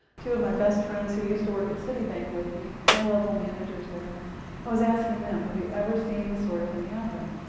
two of my best friends who used to work at citibank with me high-level managers there i i was asking them, have you ever seen this sort of thing happen,